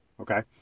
Okay